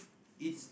it's